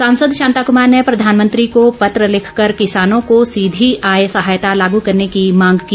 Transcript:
सांसद शांता कुमार ने प्रधानमंत्री को पत्र लिखकर किसानों को सीधी आय सहायता लागू करने की मांग की